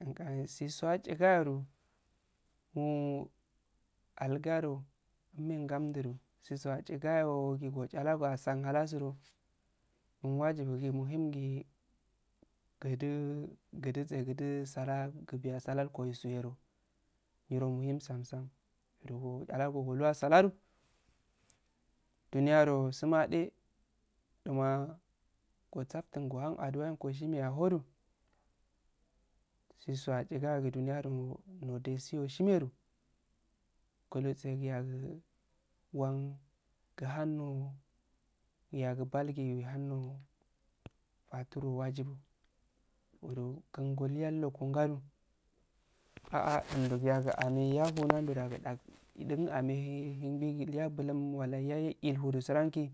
Intsasigashira alugaro, mulmche gamdu da ro inkasigashiro gogi shasaragi halasu so wajibu si muhigi gudse gudu sala kaisu niro muhim samsam nguduro sharagoh duniya ro gumadu go sattun ohun auwa ye go shime ahodu sushi ajigo aro nodgiyo shime ano wan wan hahu faturo wajibu kuh ngo illago nsadow ulsisi iltasu alwe do ilyasu idusuu ahm balulu walla iyasosi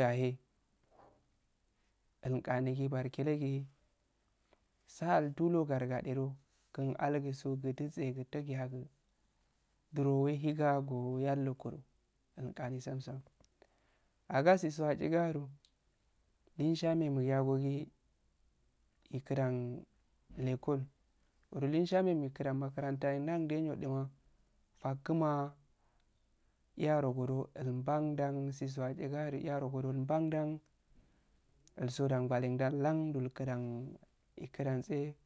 lahe ilqane balligrogi sa'a tullur ngara gidig'cole gu leshamen ihudam makaranta ndaduroma fasuma yarogudo susu adusa aro ilbandda isso dan gwahe llh ikudause. ade do kun alguso gudu so si wuya sosi jiro ehiga go yallongodoh elhadi sam-sam ahsasi asugarow, leshame iyagogi ehudan